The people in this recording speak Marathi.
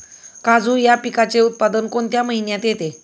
काजू या पिकाचे उत्पादन कोणत्या महिन्यात येते?